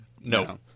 No